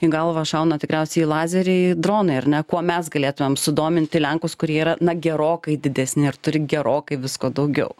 į galvą šauna tikriausiai lazeriai dronai ar ne kuo mes galėtumėm sudominti lenkus kurie yra na gerokai didesni ir turi gerokai visko daugiau